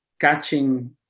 catching